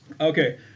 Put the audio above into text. Okay